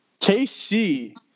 KC